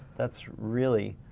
that's really